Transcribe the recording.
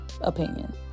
opinion